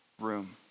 room